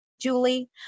Julie